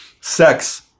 Sex